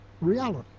reality